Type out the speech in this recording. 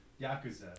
Yakuza